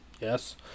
yes